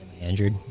Injured